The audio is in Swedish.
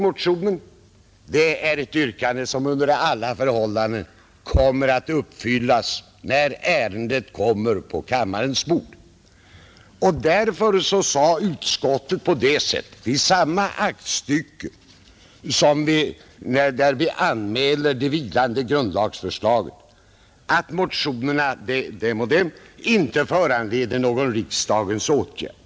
Motionsyrkandet kan alltså under alla förhållanden framställas när ärendet ligger på kammarens bord. I samma aktstycke där vi anmälde de vilande grundlagsändringsförslagen hemställde vi därför att motionerna inte skulle föranleda någon riksdagens åtgärd.